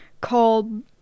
called